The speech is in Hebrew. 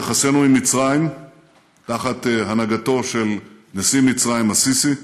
יחסינו עם מצרים תחת הנהגתו של נשיא מצרים א-סיסי,